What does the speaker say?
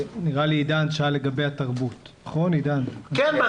היה חשוב לי לבוא לכאן כי ענף התרבות בכלל נמצא באחת התקופות הכי קשות.